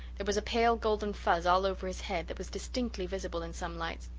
there was a pale golden fuzz all over his head that was distinctly visible in some lights.